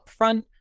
upfront